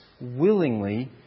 willingly